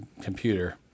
computer